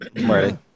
Ready